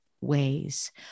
ways